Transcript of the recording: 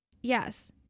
Yes